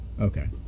Okay